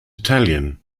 italian